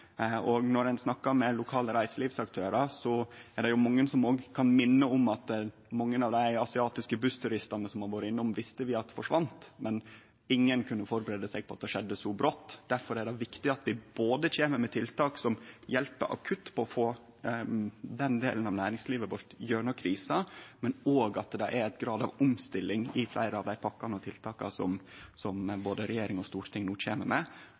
og når ein snakkar med lokale reiselivsaktørar, er det mange som kan minne om at mange av dei asiatiske bussturistane som har vore innom, visste vi at forsvann, men ingen kunne førebu seg på at det skjedde så brått. Derfor er det viktig at vi både kjem med tiltak som hjelper akutt på å få den delen av næringslivet vårt gjennom krisa, og at det er ein grad av omstilling i fleire av dei pakkane og tiltaka som både regjering og storting no kjem med,